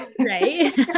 Right